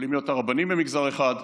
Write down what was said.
יכולים להיות רבנים במגזר אחד,